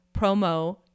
promo